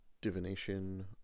divination